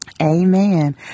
Amen